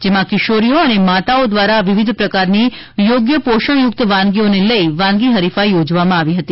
જેમાં કિશોરીઓ અને માતાઓ દ્વારા વિવિધ પ્રકારની યોગ્ય પોષણયુક્ત વાનગીઓને લઈ વાનગી હરીફાઈ યોજવામાં આવી હતી